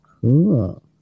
cool